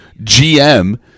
GM